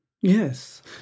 Yes